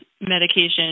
medication